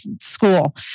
school